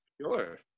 Sure